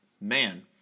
man